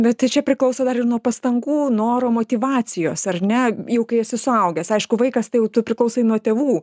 bet tai čia priklauso dar ir nuo pastangų noro motyvacijos ar ne jau kai esi suaugęs aišku vaikas tai jau tu priklausai nuo tėvų